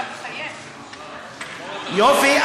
יופי,